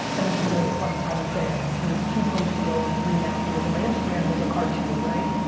and this is really a fun time to say it cause it's two posts ago or three now if you look at my instagram, there's a cartoon, right.